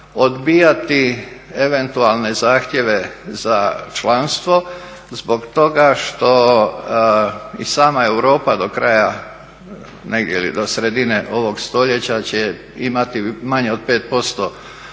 odbijati eventualne zahtjeve za članstvo zbog toga što i sama Europa do kraja ili do sredine ovog stoljeća će imati manje od 5%